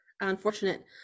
unfortunate